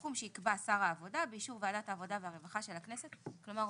בסכום שיקבע שר העבודה באישור ועדת העבודה והרווחה של הכנסת." כלומר,